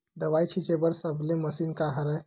दवाई छिंचे बर सबले मशीन का हरे?